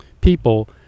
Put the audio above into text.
people